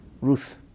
Ruth